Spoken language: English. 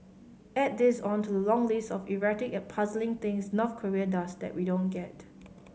add this on to the long list of erratic and puzzling things North Korea does that we don't get